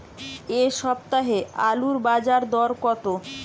এ সপ্তাহে আলুর বাজার দর কত?